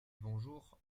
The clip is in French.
bonjour